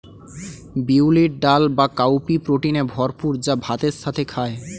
বিউলির ডাল বা কাউপি প্রোটিনে ভরপুর যা ভাতের সাথে খায়